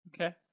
okay